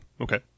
Okay